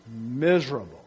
miserable